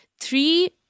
three